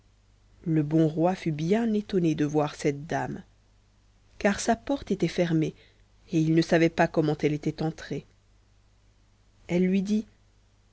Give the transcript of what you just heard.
le bon roi fut bien étonné de voir cette dame car sa porte était fermée et il ne savait pas comment elle était entrée elle lui dit